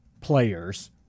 players